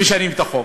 משנים את החוק.